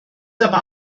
aber